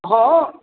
हँ